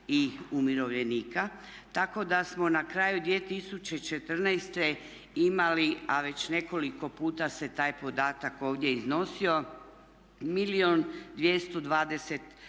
i umirovljenika tako da smo na kraju 2014. imali a već nekoliko puta se taj podatak ovdje iznosio milijun